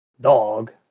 dog